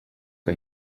que